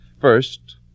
First